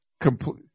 complete